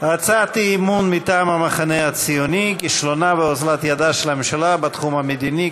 אי-אמון מטעם המחנה הציוני: כישלונה ואוזלת ידה של הממשלה בתחום המדיני,